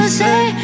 say